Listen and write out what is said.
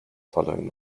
following